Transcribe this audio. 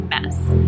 mess